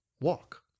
walk